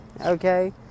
okay